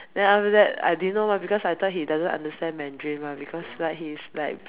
then after that I didn't know mah because I thought he doesn't understand Mandarin mah because like he's like